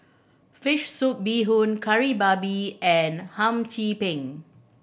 fish soup bee hoon Kari Babi and Hum Chim Peng